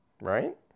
Right